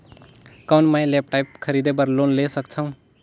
कौन मैं लेपटॉप खरीदे बर लोन ले सकथव?